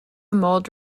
mold